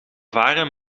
varen